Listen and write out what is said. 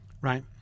right